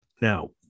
Now